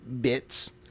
bits